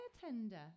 tender